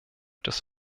des